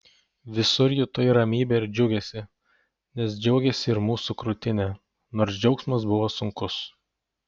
visur jutai ramybę ir džiugesį nes džiaugėsi ir mūsų krūtinė nors džiaugsmas buvo sunkus